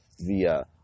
via